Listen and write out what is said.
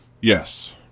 Yes